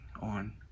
on